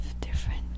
different